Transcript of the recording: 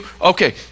Okay